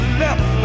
left